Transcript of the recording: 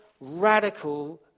radical